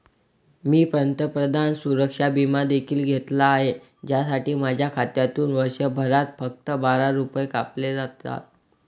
मी पंतप्रधान सुरक्षा विमा देखील घेतला आहे, ज्यासाठी माझ्या खात्यातून वर्षभरात फक्त बारा रुपये कापले जातात